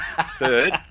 third